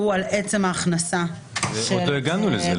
שהוא על עצם ההכנסה --- עוד לא הגענו לזה,